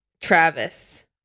Travis